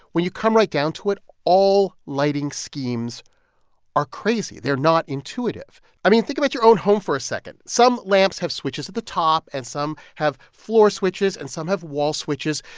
when you come right down to it, all lighting schemes are crazy. they're not intuitive i mean, think about your own home for a second. some lamps have switches at the top. and some have floor switches. and some have wall switches.